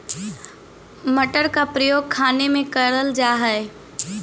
मटर का प्रयोग खाने में करल जा हई